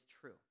true